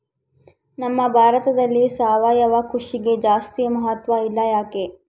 ನಮ್ಮ ಭಾರತದಲ್ಲಿ ಸಾವಯವ ಕೃಷಿಗೆ ಜಾಸ್ತಿ ಮಹತ್ವ ಇಲ್ಲ ಯಾಕೆ?